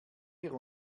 wir